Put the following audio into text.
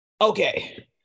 Okay